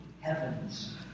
heavens